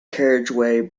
carriageway